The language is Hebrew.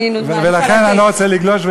אני לא רוצה לגלוש.